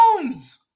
Jones